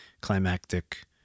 climactic